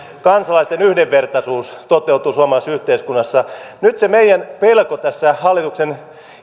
kansalaisten yhdenvertaisuus toteutuu suomalaisessa yhteiskunnassa nyt se meidän pelkomme tässä hallituksen